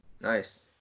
Nice